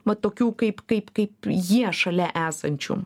va tokių kaip kaip kaip jie šalia esančių